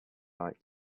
like